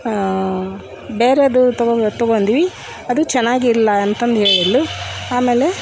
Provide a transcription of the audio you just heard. ಬೇರೆಯದು ತಗೊಬೇಕು ತಗೊಂಡ್ವಿ ಅದು ಚೆನ್ನಾಗಿಲ್ಲ ಅಂತಂದು ಹೇಳಿದ್ಳು ಆಮೇಲೆ